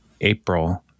April